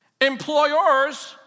Employers